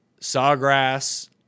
Sawgrass